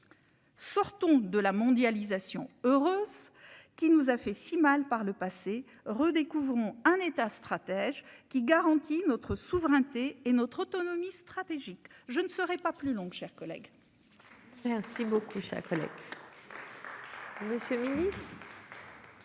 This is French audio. Sortons de la mondialisation heureuse, qui nous a fait si mal par le passé redécouvrons un État stratège qui garantit notre souveraineté et notre autonomie stratégique. Je ne saurais pas plus longue chers collègue.